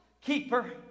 keeper